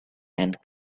and